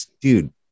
dude